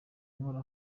nkora